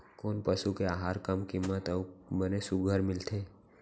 कोन पसु के आहार कम किम्मत म अऊ बने सुघ्घर मिलथे?